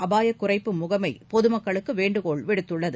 அபாயகுறைப்பு முகமைபொதுமக்களுக்குவேண்டுகோள் விடுத்துள்ளது